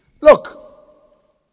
Look